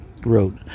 wrote